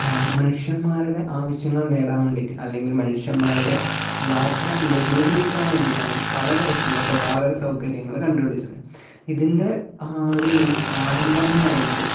മനുഷ്യമാരുടെ ആവശ്യങ്ങൾ നേടാൻ വേണ്ടിയിട്ട് അല്ലെങ്കിൽ മനുഷ്യന്മാരുടെ യാത്ര ലഘൂകരിക്കാൻ വേണ്ടിയിട്ടാണ് പല തരത്തിലുള്ള ഗതാഗത സൗകര്യങ്ങൾ കണ്ട് പിടിച്ചത് ഇതിൻ്റെ ഒരു ആരംഭം എന്ന് പറയുന്നത്